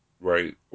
Right